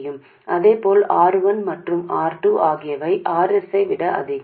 இதேபோல் R 1 மற்றும் R 2 ஆகியவை R s ஐ விட அதிகம்